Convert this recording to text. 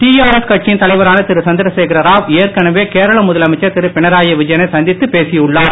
TRS கட்சியின் தலைவரான திரு சந்திரசேகரராவ் ஏற்களவே கேரள முதலமைச்சர் திரு பினராயி விஜயனை சந்தித்துப் பேசி உள்ளார்